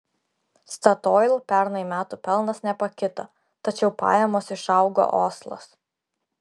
statoil pernai metų pelnas nepakito tačiau pajamos išaugo oslas